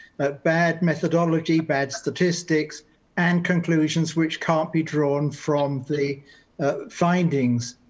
but bad methodology, bad statistics and conclusions which can't be drawn from the findings.